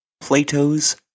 Plato's